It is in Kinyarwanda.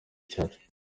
cyacu